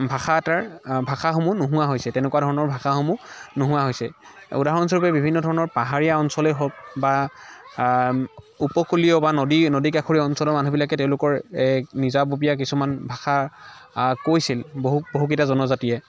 ভাষা এটাৰ ভাষাসমূহ নোহোৱা হৈছে তেনেকুৱা ধৰণৰ ভষাসমূহ নোহোৱা হৈছে উদাহৰণস্বৰূপে বিভিন্ন ধৰণৰ পাহাৰীয়া অঞ্চলেই হওক বা উপকূলীয় বা নদী নদীকাষৰীয় অঞ্চলৰ মানুহবিলাকে তেওঁলোকৰ এক নিজাববীয়া কিছুমান ভাষা কৈছিল বহু বহু কেইটা জনজাতিয়ে